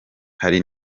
hari